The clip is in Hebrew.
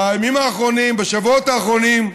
בימים האחרונים, בשבועות האחרונים,